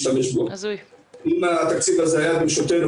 אני קודם כל מצטרף לתודות ליו"ר הוועדה על הדיון המאוד מאוד משמעותי,